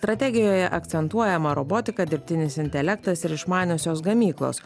strategijoje akcentuojama robotika dirbtinis intelektas ir išmaniosios gamyklos